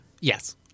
Yes